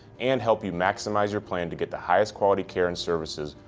and help you maximize your plan to get the highest quality care and services,